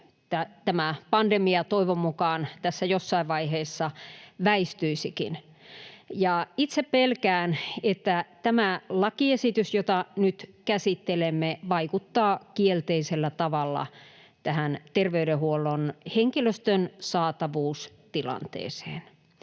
vaikka pandemia toivon mukaan jossain vaiheessa väistyisikin. Itse pelkään, että tämä lakiesitys, jota nyt käsittelemme, vaikuttaa kielteisellä tavalla terveydenhuollon henkilöstön saatavuustilanteeseen,